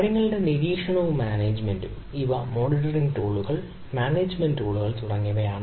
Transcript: കാര്യങ്ങളുടെ നിരീക്ഷണവും മാനേജ്മെന്റും ഇവ മോണിറ്ററിംഗ് ടൂളുകൾ മാനേജുമെന്റ് ടൂളുകൾ തുടങ്ങിയവയാണ്